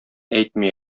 әйтми